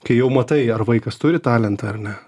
kai jau matai ar vaikas turi talentą ar ne